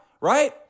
right